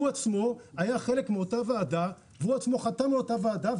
הוא עצמו היה חלק מאותה ועדה, חתם על אותה ועדה.